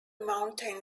mountain